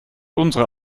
unsere